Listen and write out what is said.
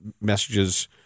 messages